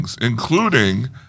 including